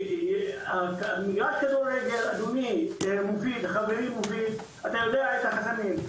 מגרש הכדורגל, חברי מופיד, אתה יודע את החסמים.